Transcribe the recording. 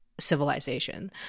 civilization